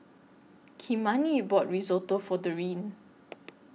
Kymani bought Risotto For Dorine